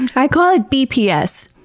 and i call it bps.